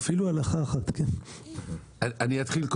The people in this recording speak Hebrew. קודם כל אני אתחיל,